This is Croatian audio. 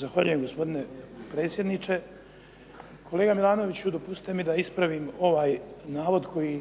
Zahvaljujem, gospodine predsjedniče. Kolega Milanoviću, dopustite mi da ispravim ovaj navod koji